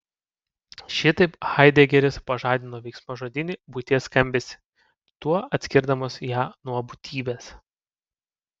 šitaip haidegeris pažadino veiksmažodinį būties skambesį tuo atskirdamas ją nuo būtybės